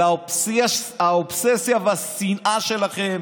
אבל האובססיה והשנאה שלכם